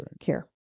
care